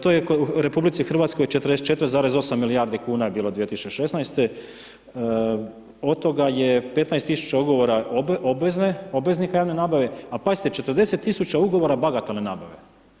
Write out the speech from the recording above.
To je u RH 44,8 milijardi kn je bilo 2016. od toga je 15 tisuća ugovora obveznika javne nabave, ali pazite 40 tisuća ugovora bagatelne nabave.